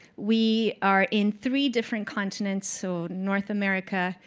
we are in three different continents, so north america,